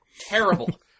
terrible